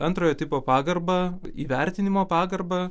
antrojo tipo pagarbą įvertinimo pagarbą